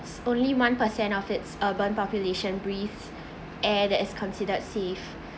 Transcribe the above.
it's only one percent of its urban population briefs eh that is considered safe